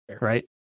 Right